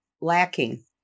lacking